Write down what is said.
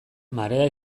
marea